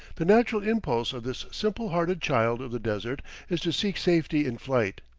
the natural impulse of this simple-hearted child of the desert is to seek safety in flight.